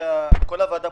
שואל אותך,